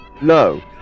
No